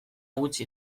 gutxi